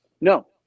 No